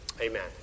Amen